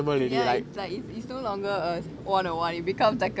ya it's like it's it's no longer a one on one it becomes like a